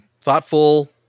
thoughtful